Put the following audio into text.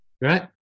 Right